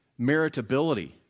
meritability